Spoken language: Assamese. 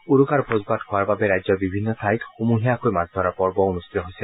উৰুকাৰ ভোজভাত খোৱাৰ বাবে ৰাজ্যৰ বিভিন্ন ঠাইত সমূহীয়াকৈ মাছ ধৰাৰ পৰ্ব অনুষ্ঠিত হৈছে